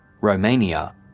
Romania